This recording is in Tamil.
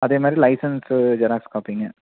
அதேமாதிரி லைசன்ஸ்ஸு ஜெராக்ஸ் காப்பிங்க